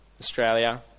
Australia